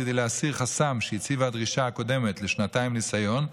כדי להסיר חסם שהציבה הדרישה הקודמת לשנתיים ניסיון,